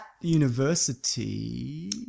university